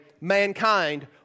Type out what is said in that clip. mankind